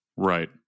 Right